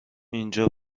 اینجا